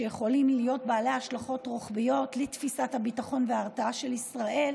שיכולים להיות בעלי השלכות רוחביות לתפיסת הביטחון וההרתעה של ישראל.